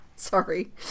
sorry